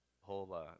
whole